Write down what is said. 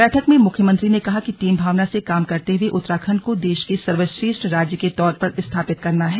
बैठक में मुख्यमंत्री ने कहा कि टीम भावना से काम करते हुए उत्तराखण्ड को देश के सर्वश्रेष्ठ राज्य के तौर पर स्थापित करना है